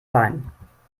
bein